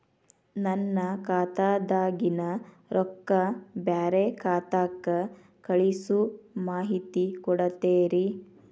ನನ್ನ ಖಾತಾದಾಗಿನ ರೊಕ್ಕ ಬ್ಯಾರೆ ಖಾತಾಕ್ಕ ಕಳಿಸು ಮಾಹಿತಿ ಕೊಡತೇರಿ?